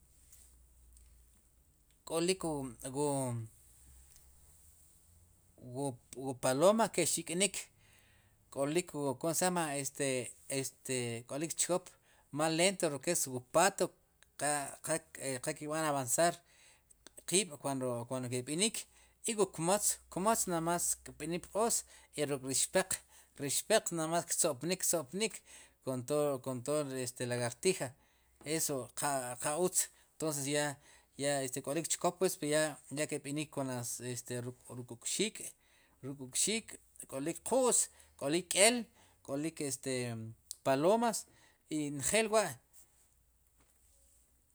K'olik wu, wu wu wu paloma ke' xik'nik k'olik wu komsellama este, este k'olik wu chkop wu más leent wu paat qa qal ki' b'aan avanzar qiib' cuando ki' b'inik i wu kmatz, wu kmatz nada más kb'inik pq'oos ri xpeq namás ktzo'pnik, ktzo'pnik konto, kontod la lagartija eso qa utz ya, ya k'olik chkop pues ya ki'b'inik ruk' wu kxik' k'olik qu's k'olik k'el, k'olik este palomas i njel wa'.